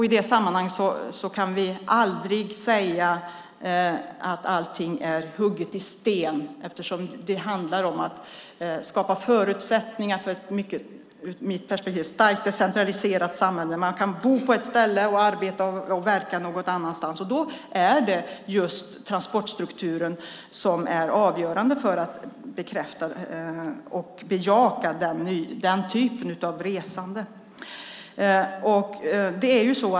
I detta sammanhang kan vi aldrig säga att allt är hugget i sten eftersom det handlar om att skapa förutsättningar för ett, ur mitt perspektiv, starkt decentraliserat samhälle så att man kan bo på ett ställe och arbeta och verka någon annanstans. Då är det just transportstrukturen som är avgörande för att bejaka den typen av resande.